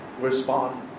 respond